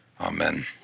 Amen